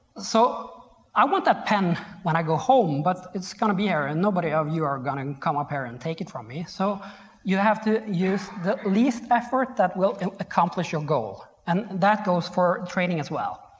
so i want that pen when i go home, but it's gonna be here and nobody of you are going to come up here and take it from me, so you have to use the least effort that will accomplish your goal and that goes for training as well.